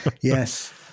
Yes